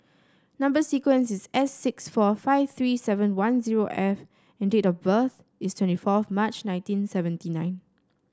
number sequence is S six four five three seven one zero F and date of birth is twenty fourth March nineteen seventy nine